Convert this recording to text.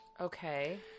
Okay